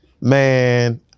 man